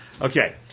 Okay